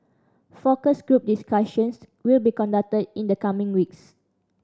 focus group discussions will be conducted in the coming weeks